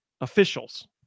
officials